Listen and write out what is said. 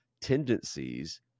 tendencies